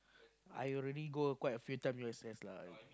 I already go quite a few time U_S_S lah